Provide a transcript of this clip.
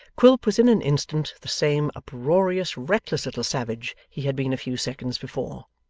quilp was in an instant the same uproarious, reckless little savage he had been a few seconds before.